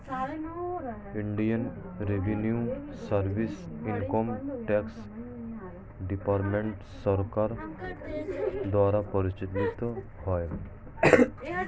Indian revenue service income tax department সরকার দ্বারা পরিচালিত হয়